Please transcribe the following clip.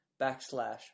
backslash